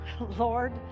Lord